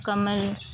کمل